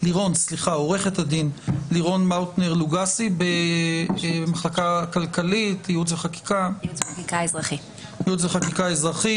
עורכת הדין לירון מאוטנר לוגסי ממחלקת ייעוץ וחקיקה אזרחי,